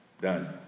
Done